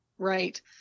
Right